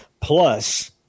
Plus